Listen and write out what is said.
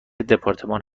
دپارتمان